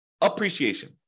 appreciation